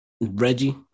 Reggie